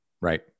Right